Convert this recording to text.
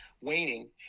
waning